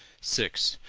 six.